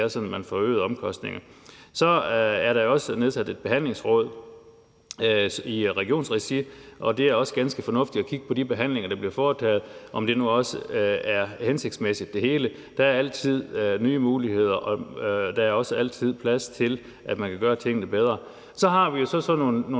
sådan, at man får øgede omkostninger. Så er der også nedsat et Behandlingsråd i regionsregi, og det er også ganske fornuftigt at kigge på de behandlinger, der bliver foretaget, altså om det hele nu også er hensigtsmæssigt. Der er altid nye muligheder, og der er også altid plads til, at man kan gøre tingene bedre. Så har vi nogle